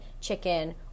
chicken